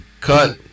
cut